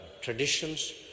traditions